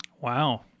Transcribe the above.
Wow